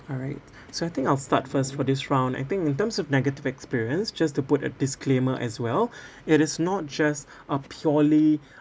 alright so I think I'll start first for this round I think in terms of negative experience just to put a disclaimer as well it is not just a purely